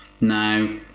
now